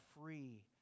free